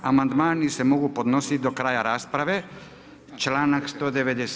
Amandmani se mogu podnositi do kraja rasprave, članak 197.